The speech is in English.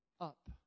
up